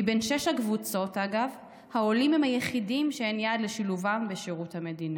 מבין שש הקבוצות העולים הם היחידים שאין יעד לשילובם בשירות המדינה.